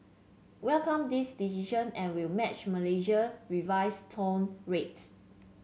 welcome this decision and will match Malaysia revised toll rates